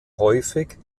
häufig